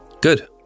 Good